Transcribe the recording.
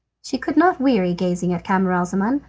she could not weary gazing at camaralzaman,